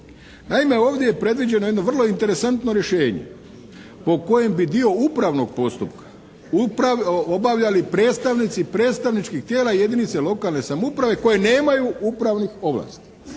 Naime, ovdje je predviđeno jedno vrlo interesantno rješenje po kojem bi dio upravnog postupka obavljali predstavnici predstavničkih tijela jedinice lokalne samouprave koje nemaju upravnih ovlasti,